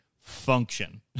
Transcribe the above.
function